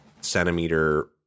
centimeter